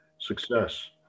success